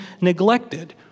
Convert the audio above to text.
neglected